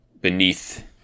beneath